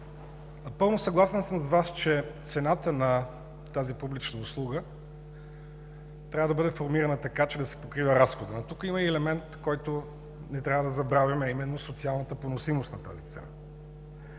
Напълно съгласен съм с Вас, че цената на тази публична услуга трябва да бъде формирана така, че да се покрива разходът, но тук има и елемент, който не трябва да забравяме, а именно социалната поносимост на тази цена.